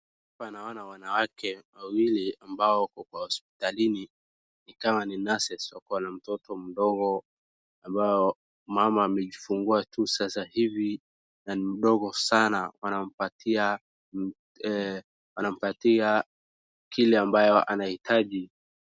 Hapa naona wanawake wawili ambao wako kwa hospitalini. Ni kama ni nurses wakona mtoto mdogo ambao mama amejifungua tu sasa ivi na ni mdogo sana. Wanampatia kile ambayo anahitaji.